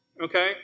Okay